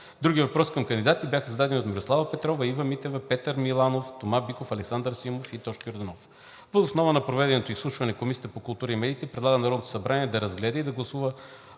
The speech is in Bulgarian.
Други въпроси към кандидатите бяха зададени от Мирослава Петрова, Ива Митева, Петър Миланов, Тома Биков, Александър Симов и Тошко Йорданов. Въз основа на проведеното изслушване Комисията по културата и медиите предлага на Народното събрание да разгледа и гласува